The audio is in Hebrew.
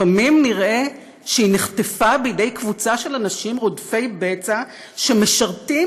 לפעמים נראה שהיא נחטפה בידי קבוצה של אנשים רודפי בצע שמשרתים,